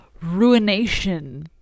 ruination